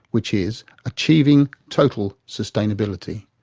which is achieving total sustainability.